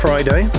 Friday